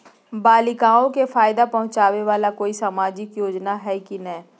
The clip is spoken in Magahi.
बालिकाओं के फ़ायदा पहुँचाबे वाला कोई सामाजिक योजना हइ की नय?